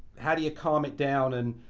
how do you calm it down and